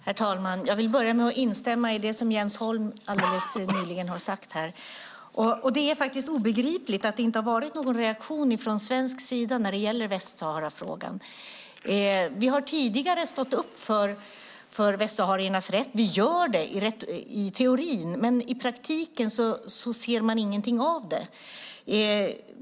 Herr talman! Jag vill börja med att instämma i det som Jens Holm sade. Det är faktiskt obegripligt att det inte har varit någon reaktion från svensk sida i Västsaharafrågan. Vi har tidigare stått up för västsahariernas rätt. Vi gör det i teorin, men i praktiken ser man ingenting av det.